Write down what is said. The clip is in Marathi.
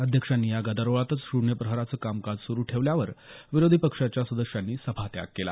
अध्यक्षांनी या गदारोळातच शून्य प्रहराचं कामकाज सुरू ठेवल्यावर विरोधी पक्षांच्या सदस्यांनी सभात्याग केला